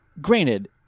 granted